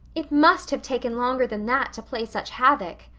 it must have taken longer than that to play such havoc.